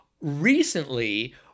recently